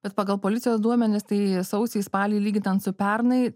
bet pagal policijos duomenis tai sausį spalį lyginant su pernai